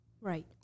Right